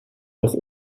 auch